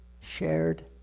shared